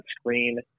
screen